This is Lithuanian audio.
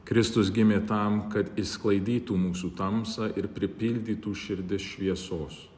kristus gimė tam kad išsklaidytų mūsų tamsą ir pripildytų širdis šviesos